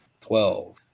Twelve